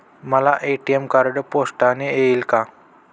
मला ATM card पोस्टाने येईल का?